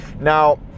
Now